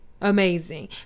Amazing